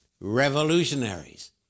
revolutionaries